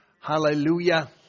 Hallelujah